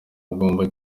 agorwa